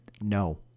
No